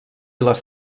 les